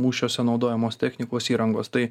mūšiuose naudojamos technikos įrangos tai